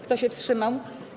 Kto się wstrzymał?